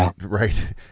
right